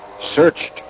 searched